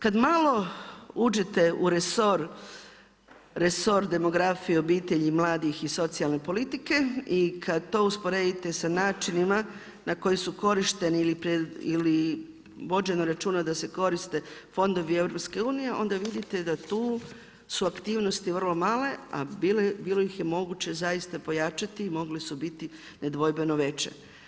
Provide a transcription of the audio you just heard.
Kad malo uđete u resor demografije, obitelji, mladih i socijalne politike i kad to usporedite sa načinima na koji su korišteni ili vođeno računa da se koriste fondovi EU onda vidite da tu su aktivnosti vrlo male, a bilo ih je moguće zaista pojačati i mogli su biti nedvojbeno veće.